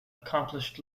accomplished